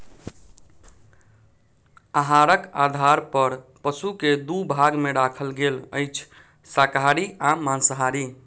आहारक आधार पर पशु के दू भाग मे राखल गेल अछि, शाकाहारी आ मांसाहारी